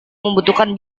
membutuhkan